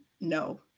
No